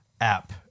app